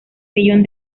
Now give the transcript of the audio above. millón